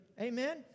Amen